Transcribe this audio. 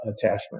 attachment